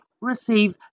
receive